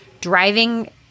driving